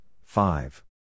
five